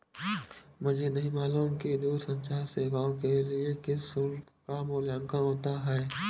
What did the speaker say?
मुझे नहीं मालूम कि दूरसंचार सेवाओं के लिए किस शुल्क का मूल्यांकन होता है?